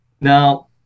Now